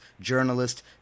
journalist